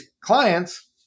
clients